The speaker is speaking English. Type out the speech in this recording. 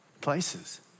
places